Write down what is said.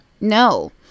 no